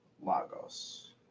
Lagos